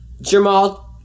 Jamal